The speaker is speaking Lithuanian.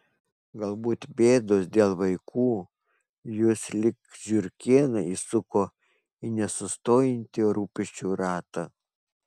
galbūt bėdos dėl vaikų jus lyg žiurkėną įsuko į nesustojantį rūpesčių ratą